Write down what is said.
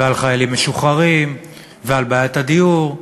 ועל חיילים משוחררים ועל בעיית הדיור.